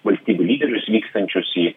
valstybių lyderius vykstančius į